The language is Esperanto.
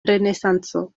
renesanco